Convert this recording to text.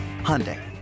Hyundai